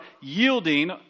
yielding